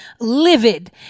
livid